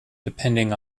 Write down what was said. depending